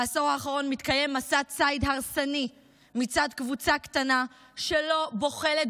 בעשור האחרון מתקיים מסע ציד הרסני מצד קבוצה קטנה שלא בוחלת